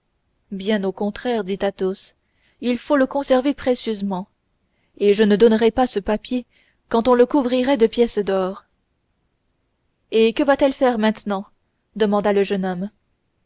bien au contraire dit athos il faut le conserver précieusement et je ne donnerais pas ce papier quand on le couvrirait de pièces d'or et que va-t-elle faire maintenant demanda le jeune homme